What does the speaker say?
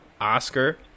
Oscar